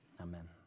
Amen